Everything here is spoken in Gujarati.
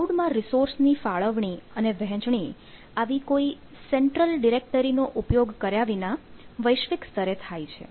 ક્લાઉડમાં રિસોર્સની ફાળવણી અને વહેંચણી આવી કોઈ સેન્ટ્રલ ડિરેક્ટરી નો ઉપયોગ કર્યા વિના વૈશ્વિક સ્તરે થાય છે